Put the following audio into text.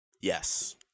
Yes